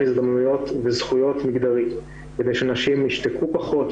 הזדמנויות וזכויות מגדרי כדי שנשים יושתקו פחות,